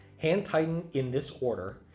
hand tighten in this order,